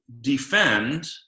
defend